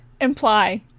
imply